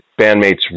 bandmates